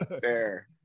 fair